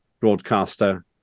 broadcaster